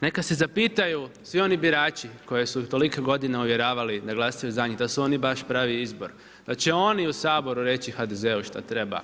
Neka se zapitaju svi oni birači koje su ih tolike godine uvjeravali da glasaju za njih, da su oni baš pravi izbor, pa će oni u Saboru reći HDZ-u šta treba,